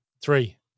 three